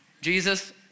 Jesus